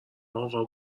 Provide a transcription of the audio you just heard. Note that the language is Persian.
اقا